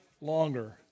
longer